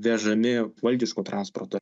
vežami valdišku transportu